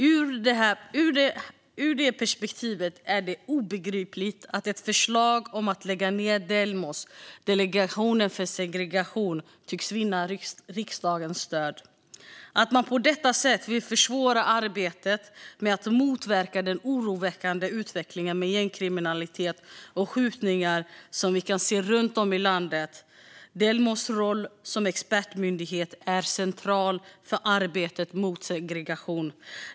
Ur det perspektivet är det obegripligt att ett förslag om att lägga ned Delmos, Delegationen mot segregation, tycks vinna riksdagens stöd och att man på detta sätt vill försvåra arbetet med att motverka den oroväckande utvecklingen med gängkriminalitet och skjutningar som vi kan se runt om i landet. Delmos roll som expertmyndighet är central för arbetet mot segregation.